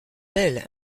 belle